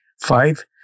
Five